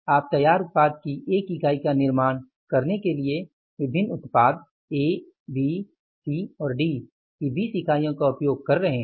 आप तैयार उत्पाद की एक इकाई का निर्माण करने के लिए विभिन्न उत्पाद ए बी सी और डी की 20 इकाईयों का उपयोग कर रहे हैं